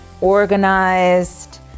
organized